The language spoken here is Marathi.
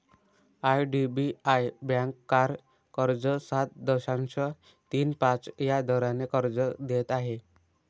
आई.डी.बी.आई बँक कार कर्ज सात दशांश तीन पाच या दराने कर्ज देत आहे